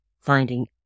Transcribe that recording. finding